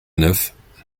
neuf